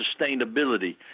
sustainability